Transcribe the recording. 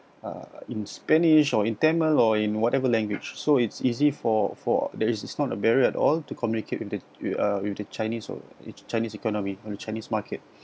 uh in spanish or in tamil or in whatever language so it's easy for for there is not a barrier at all to communicate with the with uh the chinese uh chinese economy the chinese market